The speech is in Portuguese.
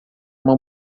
uma